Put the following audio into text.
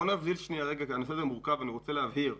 הנושא הזה מורכז, אני רוצה להבהיר.